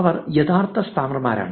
അവർ യഥാർത്ഥ സ്പാമർമാരാണ്